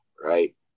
right